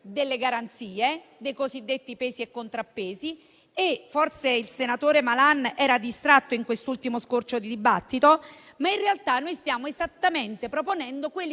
delle garanzie, dei cosiddetti pesi e contrappesi. Forse il senatore Malan era distratto in quest'ultimo scorcio di dibattito, ma in realtà noi stiamo esattamente proponendo - come